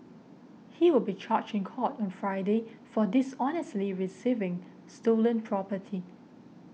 he will be charged in court on Friday for dishonestly receiving stolen property